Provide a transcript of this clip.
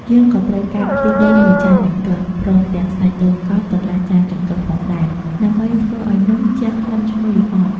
យើងក៏ត្រូវការខ្ទិះដូង ១ ចានចង្កឹះ ព្រមទាំងសាច់ដូងកោស កន្លះចានចង្កឹះផងដែរ ដើម្បីធ្វើឱ្យនំជះក្លិនឈ្ងុយល្អ។